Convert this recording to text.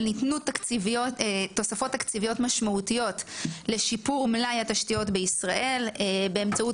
ניתנו תוספות תקציביות משמעותיות לשיפור מלאי התשתיות בישראל באמצעות